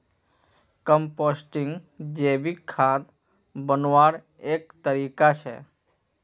composting जैविक खाद बन्वार एक तरीका छे